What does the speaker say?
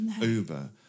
uber